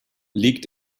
liegt